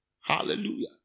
Hallelujah